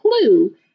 clue